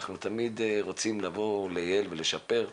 אנחנו תמיד רוצים לבוא לייעל ולשפר.